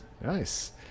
Nice